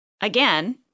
again